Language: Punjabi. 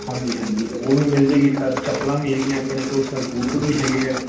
ਹਾਂਜੀ ਹਾਂਜੀ ਉਹ ਵੀ ਮਿਲ ਜਾਵੇਗੀ ਸਰ ਚੱਪਲਾਂ ਵੀ ਹੈਗੀਆਂ ਆਪਣੇ ਕੋਲ ਸਰ ਬੂਟ ਵੀ ਹੈਗੇ ਆ